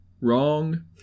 wrong